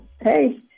Hey